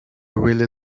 really